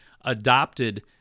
adopted